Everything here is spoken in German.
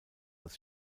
als